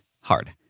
Hard